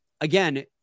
Again